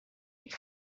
with